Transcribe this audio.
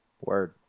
Word